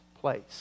place